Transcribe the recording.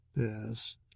Yes